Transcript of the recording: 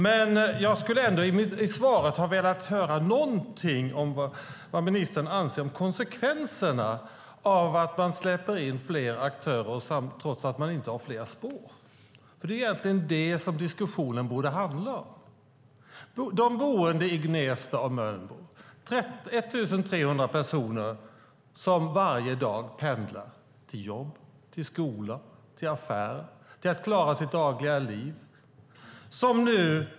Men jag skulle i svaret ha velat höra någonting om vad ministern anser om konsekvenserna av att man släpper in fler aktörer trots att det inte finns fler spår. Det är egentligen det som diskussionen borde handla om. De boende i Gnesta och Mölnbo, 1 300 personer, pendlar varje dag till jobb, skola och affärer för att klara sitt dagliga liv.